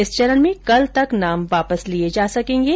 इस चरण में कल तक नाम वापस लिये जा सकेंगे